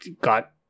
got